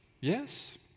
yes